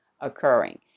occurring